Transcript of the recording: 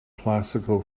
classical